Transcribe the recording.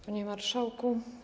Panie Marszałku!